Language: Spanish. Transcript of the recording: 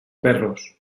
perros